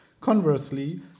Conversely